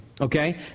okay